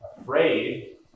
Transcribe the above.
afraid